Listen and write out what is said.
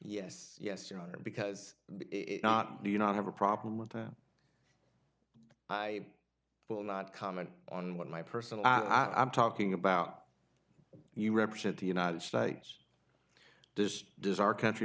yes yes your honor because it's not do you not have a problem with that i will not comment on what my person i am talking about you represent the united states just does our country